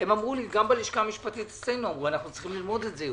אמרו לי גם בלשכה המשפטית אנחנו צריכים ללמוד את זה יותר.